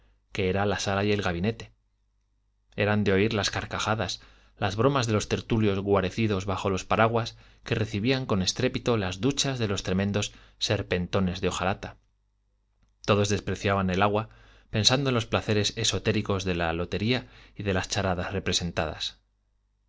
que eran sala y gabinete eran de oír las carcajadas las bromas de los tertulios guarecidos bajo los paraguas que recibían con estrépito las duchas de los tremendos serpentones de hojalata todos despreciaban el agua pensando en los placeres esotéricos de la lotería y de las charadas representadas